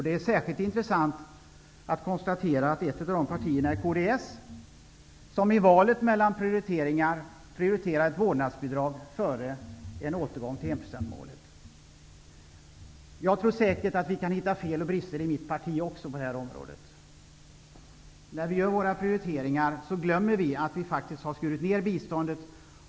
Det är särskilt intressant att konstatera att ett av de partierna är kds som prioriterar ett vårdnadsbidrag före en återgång till enprocentsmålet. Jag tror säkert att man kan hitta fel och brister även i mitt parti på det här området. När vi gör våra prioriteringar glömmer vi att vi faktiskt har skurit ner biståndet.